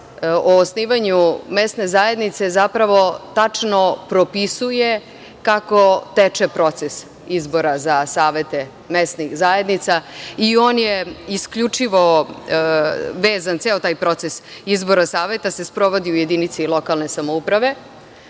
o osnivanju mesne zajednice zapravo tačno propisuje kako teče proces izbora za savete mesnih zajednica i ceo taj proces izbora saveta se sprovodi u jedinici lokalne samouprave